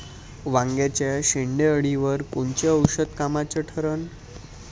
वांग्याच्या शेंडेअळीवर कोनचं औषध कामाचं ठरन?